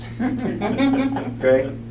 Okay